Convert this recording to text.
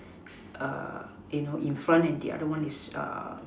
you know in front and the other one is